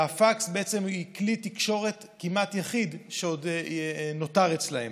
והפקס בעצם הוא כלי התקשורת הכמעט-יחיד שעוד נותר אצלם.